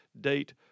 date